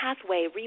pathway